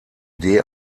idee